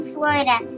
Florida